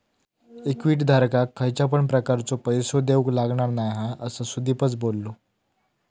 equity धारकाक खयच्या पण प्रकारचो पैसो देऊक लागणार नाय हा, असा सुदीपच बोललो